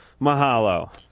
Mahalo